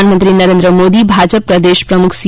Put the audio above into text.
પ્રધાનમંત્રી નરેન્દ્ર મોદી ભાજપ પ્રદેશ પ્રમુખ સી